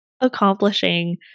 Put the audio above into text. accomplishing